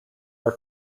are